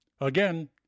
Again